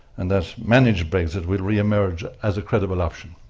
and that managed brexit will re-emerge as a credible option.